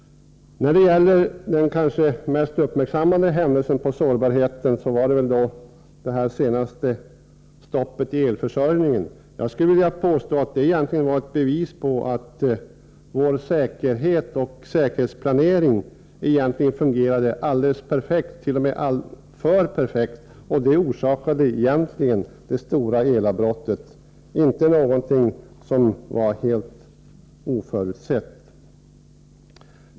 Det kanske mest uppmärksammade exemplet på sårbarhet är det senaste stoppet i elförsörjningen. Jag skulle dock vilja påstå att det egentligen var ett bevis på att vår säkerhet och säkerhetsplanering egentligen fungerar perfekt, t.o.m. för perfekt. Det som orsakade det stora elavbrottet, var inte någonting helt oförutsett.